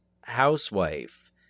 housewife